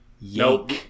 Nope